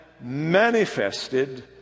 manifested